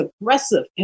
aggressive